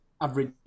average